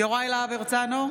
הרצנו,